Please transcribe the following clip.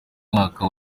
mwaka